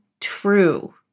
true